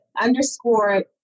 underscore